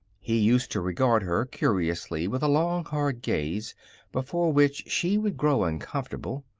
he used to regard her curiously with a long, hard gaze before which she would grow uncomfortable.